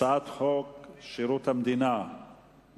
הצעת חוק שירות המדינה (גמלאות)